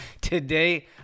today